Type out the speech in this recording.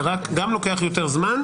זה גם לוקח יותר זמן,